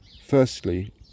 Firstly